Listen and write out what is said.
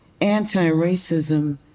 anti-racism